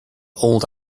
old